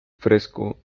fresco